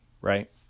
right